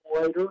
later